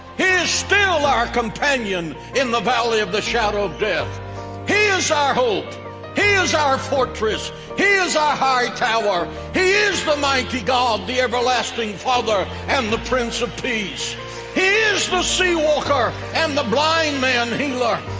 he is still our companion in the valley of the shadow of death he is our hope he is our fortress he is our high tower he is the mighty god the everlasting father and the prince of peace he is the sea walker and the blind man healer.